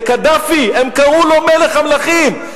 לקדאפי, הם קראו לו מלך המלכים.